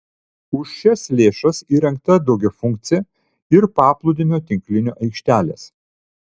už šias lėšas įrengta daugiafunkcė ir paplūdimio tinklinio aikštelės